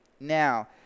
Now